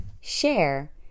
share